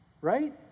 Right